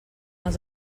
als